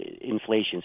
inflation